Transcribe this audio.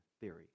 theory